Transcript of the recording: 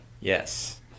Yes